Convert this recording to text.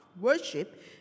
worship